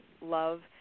love